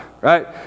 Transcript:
right